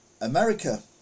America